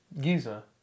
Giza